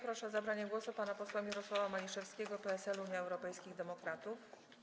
Proszę o zabranie głosu pana posła Mirosława Maliszewskiego, PSL - Unia Europejskich Demokratów.